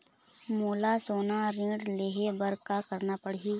मोला सोना ऋण लहे बर का करना पड़ही?